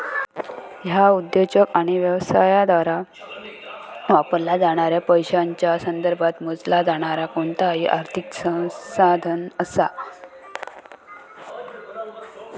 ह्या उद्योजक आणि व्यवसायांद्वारा वापरला जाणाऱ्या पैशांच्या संदर्भात मोजला जाणारा कोणताही आर्थिक संसाधन असा